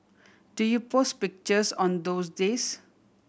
do you post pictures on those days